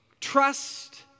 Trust